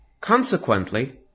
Consequently